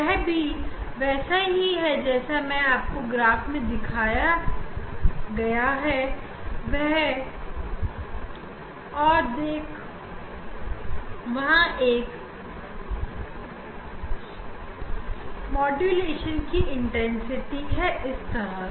वह भी वैसा ही है जैसा कि मैंने आपको ग्रास में दिखाया है वहां एक मॉडुलन की तीव्रता है इसकी तरह